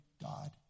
God